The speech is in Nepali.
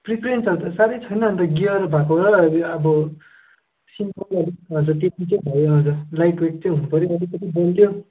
प्रिफरेन्सहरू त साह्रै छैन अन्त गियर भएको वाला अब सिम्पल वाला हजुर त्यतिकै भइहाल्छ लाइटवेट चाहिँ हुनुपर्यो अलिकति बलियो